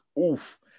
Oof